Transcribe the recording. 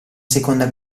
seconda